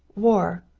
war,